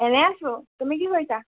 এনেই আছোঁ তুমি কি কৰিছা